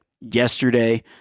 yesterday